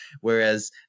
Whereas